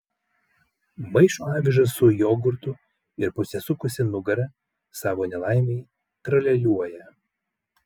maišo avižas su jogurtu ir pasisukusi nugara savo nelaimei tralialiuoja